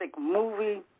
movie